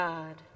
God